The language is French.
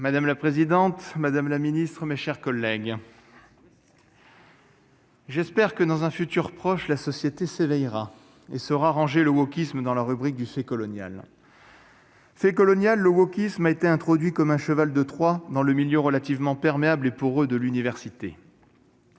Madame la présidente, madame la ministre, mes chers collègues. J'espère que dans un futur proche, la société s'éveillera et sera le wokisme dans la rubrique du fait colonial. Ces coloniale le wokisme été introduit comme un cheval de Troie dans le milieu relativement perméable et pour eux, de l'université.